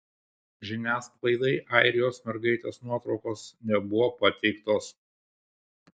žiniasklaidai airijos mergaitės nuotraukos nebuvo pateiktos